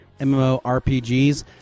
MMORPGs